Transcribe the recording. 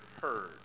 heard